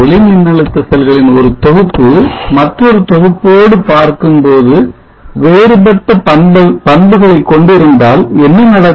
ஒளி மின்னழுத்த செல்களின் ஒரு தொகுப்பு மற்றொரு தொகுப்போடு பார்க்கும்போது வேறுபட்ட பண்புகளை கொண்டிருந்தால் என்ன நடக்கும்